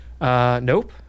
Nope